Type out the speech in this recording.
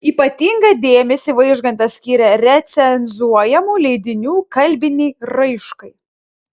ypatingą dėmesį vaižgantas skyrė recenzuojamų leidinių kalbinei raiškai